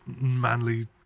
manly